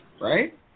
right